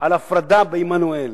על הפרדה בעמנואל,